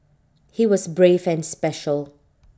he was brave and special